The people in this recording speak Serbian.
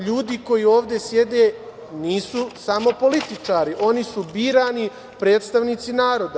Ljudi koji ovde sede nisu samo političari, oni su birani predstavnici naroda.